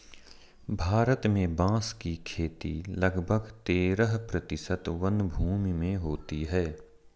भारत में बाँस की खेती लगभग तेरह प्रतिशत वनभूमि में होती है